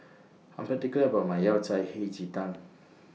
I'm particular about My Yao Cai Hei Ji Tang